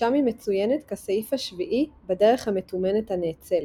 שם היא מצוינת כסעיף השביעי בדרך המתומנת הנאצלת.